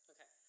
Okay